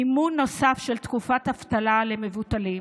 מימון נוסף של תקופת אבטלה למובטלים